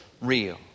real